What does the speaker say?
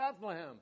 Bethlehem